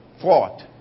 fought